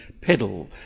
pedal